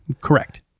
Correct